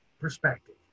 perspective